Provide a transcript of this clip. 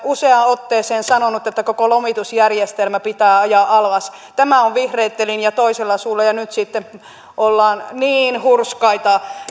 useaan otteeseen sanonut että koko lomitusjärjestelmä pitää ajaa alas tämä on vihreitten linja toisella suulla ja nyt sitten ollaan niin hurskaita